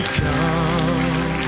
come